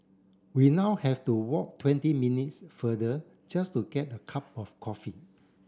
we now have to walk twenty minutes further just to get a cup of coffee